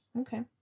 okay